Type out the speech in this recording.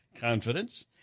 confidence